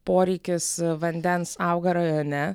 poreikis vandens auga rajone